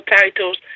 titles